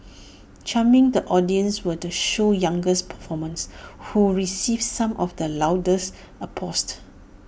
charming the audiences were the show's youngest performers who received some of the loudest applause